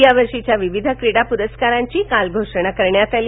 यावर्षीच्या विविध क्रीडा पुरस्कारांची काल घोषणा करण्यात आली